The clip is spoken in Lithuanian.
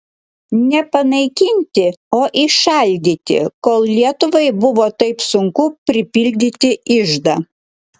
ne panaikinti o įšaldyti kol lietuvai buvo taip sunku pripildyti iždą